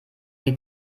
die